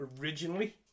Originally